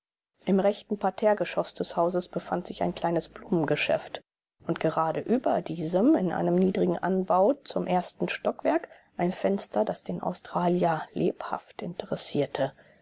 im rechten parterregeschoß des hauses befand sich ein kleines blumengeschäft und gerade über diesem in einem niedrigen anbau zum ersten stockwerk ein fenster das den australier lebhaft interessierte